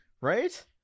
right